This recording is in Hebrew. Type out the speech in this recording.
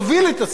מאידך